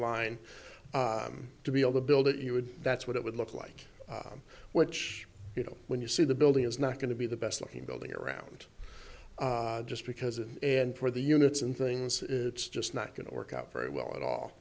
line to be able to build it you would that's what it would look like which you know when you see the building is not going to be the best looking building around just because it and for the units and things it's just not going to work out very well at all